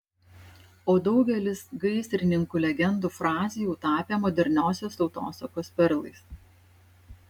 o daugelis gaisrininkų legendų frazių jau tapę moderniosios tautosakos perlais